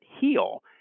heal